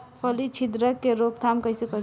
फली छिद्रक के रोकथाम कईसे करी?